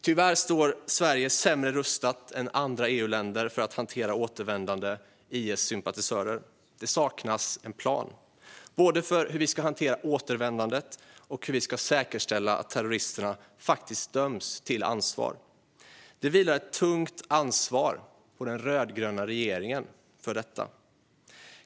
Tyvärr står Sverige sämre rustat än andra EU-länder för att hantera återvändande IS-sympatisörer. Det saknas en plan både för hur vi ska hantera återvändandet och för hur vi ska säkerställa att terroristerna faktiskt döms till ansvar. Det vilar ett tungt ansvar på den rödgröna regeringen för detta.